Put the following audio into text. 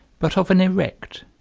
but of an erect,